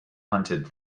hunted